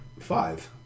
Five